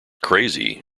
crazy